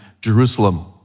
Jerusalem